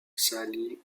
sali